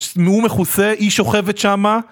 שהוא מכוסה היא שוכבת שמה